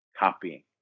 Copying